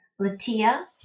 Latia